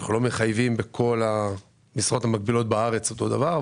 אנחנו לא מחייבים בכל המשרות המקבילות בארץ אותו דבר.